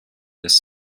this